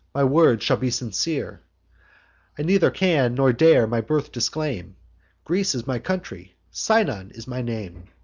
my words shall be sincere i neither can nor dare my birth disclaim greece is my country, sinon is my name.